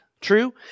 true